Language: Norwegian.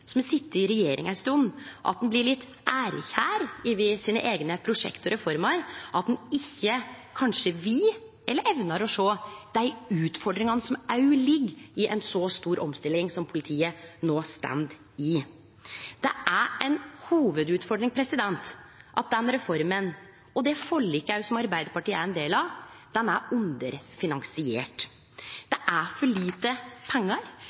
i regjering ei stund, at ein blir litt ærekjær når det gjeld sine eigne prosjekt og reformer, at ein kanskje ikkje vil eller evnar å sjå dei utfordringane som òg ligg i ei så stor omstilling som politiet no står i. Det er ei hovudutfordring at den reforma og det forliket som òg Arbeidarpartiet er ein del av, er underfinansierte. Det er for lite pengar.